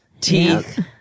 teeth